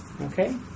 Okay